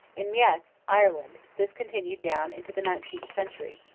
in meath, ireland, this continued down into the nineteenth century,